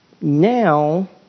now